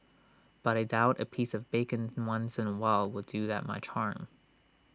but I doubt A piece of bacon once in A while will do that much harm